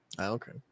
okay